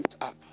up